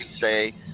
say